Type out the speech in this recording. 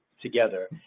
together